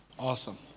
Awesome